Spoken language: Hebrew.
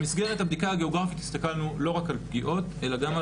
במסגרת הבדיקה הגיאוגרפית הסתכלנו לא רק על פגיעות אלא גם על